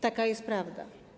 Taka jest prawda.